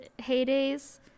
heydays